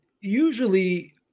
usually